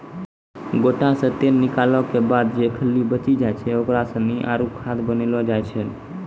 गोटा से तेल निकालो के बाद जे खल्ली बची जाय छै ओकरा सानी आरु खाद बनैलो जाय छै